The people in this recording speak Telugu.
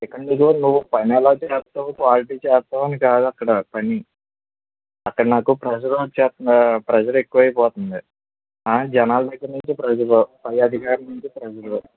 ఇక్కడ నువ్వు పని ఎలా చేస్తావు క్వాలిటీ చేస్తావు అని కాదు అక్కడ పని అక్కడ నాకు ప్రషర్ వస్తుంది ప్రషర్ ఎక్కువ అయిపోతుంది జనాల దగ్గర నుంచి ప్రషర్ పైఅధికారి నుంచి ప్రషర్